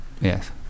yes